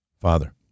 Father